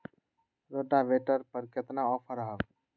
Rotavator पर केतना offer हव?